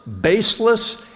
baseless